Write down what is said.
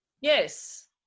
yes